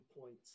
points